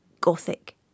Gothic